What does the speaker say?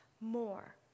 more